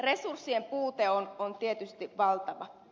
resurssien puute on tietysti valtava